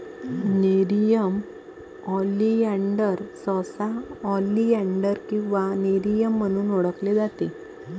nerium oleander सहसा oleander किंवा Nerium म्हणून ओळखले जाते